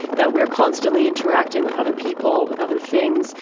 that we are constantly interacting with other people, with other things.